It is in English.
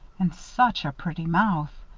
and such a pretty mouth.